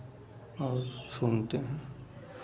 और सुनते है